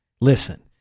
listen